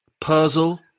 puzzle